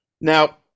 now